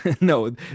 No